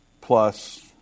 plus